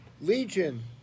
legion